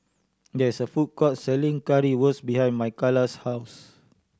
there is a food court selling Currywurst behind Makaila's house